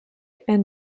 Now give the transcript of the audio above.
and